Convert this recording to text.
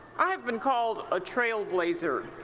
i have been called a trailblazer.